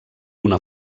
una